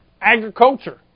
agriculture